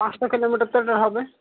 পাঁচশো কিলোমিটার টিটার হবে